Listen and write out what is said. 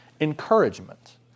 encouragement